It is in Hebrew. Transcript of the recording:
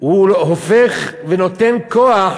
שהוא נותן כוח